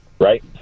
right